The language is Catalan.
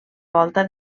volta